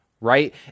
Right